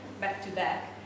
back-to-back